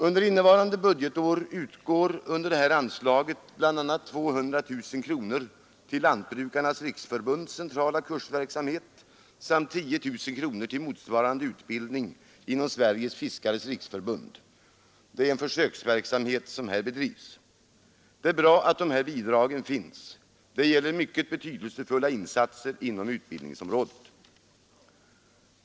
Under innevarande budgetår utgår under detta anslag bl.a. 200 000 kronor till Lantbrukarnas riksförbunds centrala kursverksamhet samt 10 000 kronor till motsvarande utbildning inom Sveriges fiskares riksförbund. Det är en försöksverksamhet som här bedrivs. Det är bra att dessa bidrag finns. Det gäller mycket betydelsefulla insatser inom utbildningsområdet.